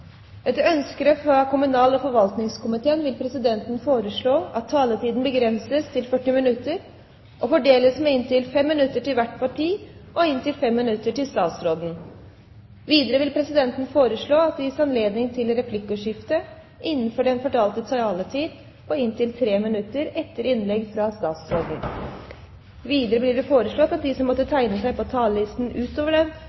Etter ønske fra kommunal- og forvaltningskomiteen vil presidenten foreslå at taletiden begrenses til 40 minutter og fordeles med inntil 5 minutter til hvert parti og inntil 5 minutter til statsråden. Videre vil presidenten foreslå at det gis anledning til replikkordskifte på inntil tre replikker med svar etter innlegget fra statsråden innenfor den fordelte taletid. Videre blir det foreslått at de som måtte tegne seg på talerlisten utover den